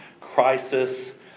crisis